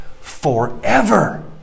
forever